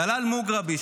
דלאל מוגרבי,